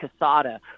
Casada